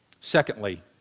Secondly